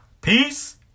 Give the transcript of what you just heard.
Peace